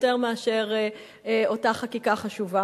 יותר מאותה חקיקה חשובה.